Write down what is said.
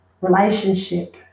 relationship